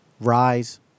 Rise